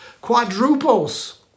quadruples